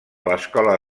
l’escola